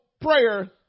prayer